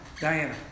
Diana